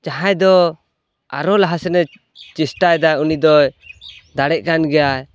ᱡᱟᱦᱟᱸᱭ ᱫᱚ ᱟᱨᱚ ᱞᱟᱦᱟᱥᱮᱱᱮ ᱪᱮᱥᱴᱟᱭᱫᱟ ᱩᱱᱤᱫᱚᱭ ᱫᱟᱲᱮᱜᱠᱟᱱ ᱜᱮᱭᱟ